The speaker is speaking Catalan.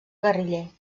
guerriller